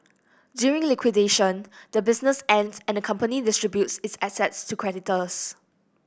during liquidation the business ends and the company distributes its assets to creditors